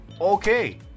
Okay